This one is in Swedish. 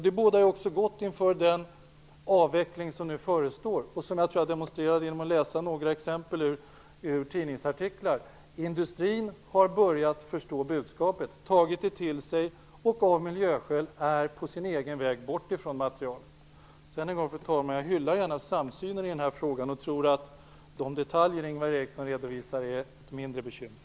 Det bådar också gott inför den avveckling som nu förestår och som jag tror att jag demonstrerade genom att läsa några exempel ur tidningsartiklar. Industrin har börjat förstå budskapet och tagit det till sig. Av miljöskäl är man på sin egen väg bort ifrån materialet. Fru talman! Jag hyllar gärna samsynen i den här frågan och tror att de detaljer som Ingvar Eriksson redovisade är ett mindre bekymmer.